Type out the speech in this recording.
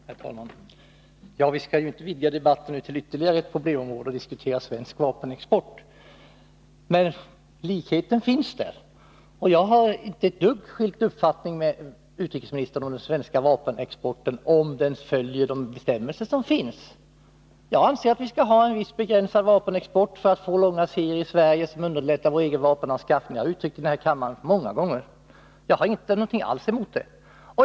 Herr talman! Vi skall inte vidga debatten till ytterligare ett problemområde och även diskutera svensk vapenexport, men likheten finns där. Jag har inte någon annan uppfattning än utrikesministern om den svenska vapenexporten, om den följer de bestämmelser som finns. Jag anser att vi skall ha en viss begränsad vapenexport från Sverige för att få till stånd långa serier, som underlättar vår egen vapenanskaffning — det har jag uttryckt många gånger här i kammaren. Det har jag ingenting alls emot!